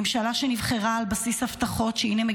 ממשלה שנבחרה על בסיס הבטחות שהינה,